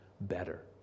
better